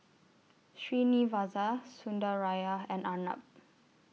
Srinivasa Sundaraiah and Arnab